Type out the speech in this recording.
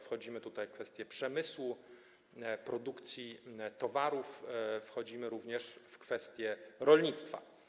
Wchodzimy tutaj w kwestię przemysłu, produkcji towarów, wchodzimy również w kwestię rolnictwa.